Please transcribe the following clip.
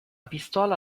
pistola